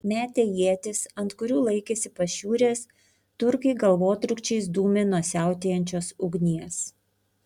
metę ietis ant kurių laikėsi pašiūrės turkai galvotrūkčiais dūmė nuo siautėjančios ugnies